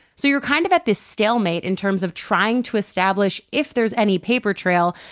so you're kind of at this stalemate in terms of trying to establish if there's any paper trail.